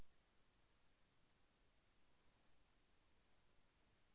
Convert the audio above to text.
బెండకాయ తోటలో నీటి సరఫరా ఎలా చేయాలి?